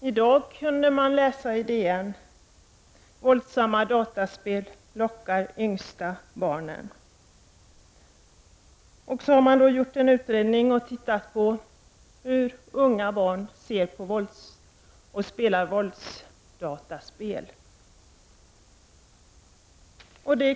I dag kunde man läsa i DN: ”Våldsamma dataspel lockar yngsta barnen.” Det har gjorts en utredning om hur barn ser på och spelar våldsdataspel.